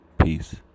Peace